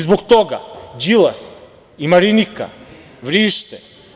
Zbog toga Đilas i Marinika vrište.